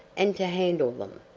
and to handle them.